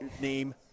name